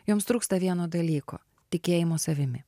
joms trūksta vieno dalyko tikėjimo savimi